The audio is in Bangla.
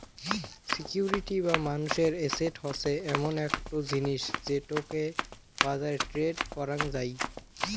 সিকিউরিটি বা মানুষের এসেট হসে এমন একটো জিনিস যেটোকে বাজারে ট্রেড করাং যাই